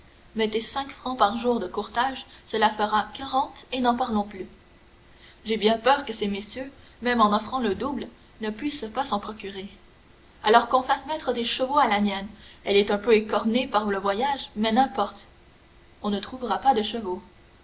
mettez cinq francs par jour de courtage cela fera quarante et n'en parlons plus j'ai bien peur que ces messieurs même en offrant le double ne puissent pas s'en procurer alors qu'on fasse mettre des chevaux à la mienne elle est un peu écornée par le voyage mais n'importe on ne trouvera pas de chevaux